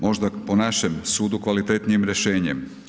Možda, po našem sudu, kvalitetnijim rješenjem.